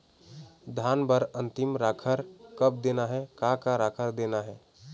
धान बर अन्तिम राखर कब देना हे, का का राखर देना हे?